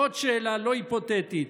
ועוד שאלה לא היפותטית: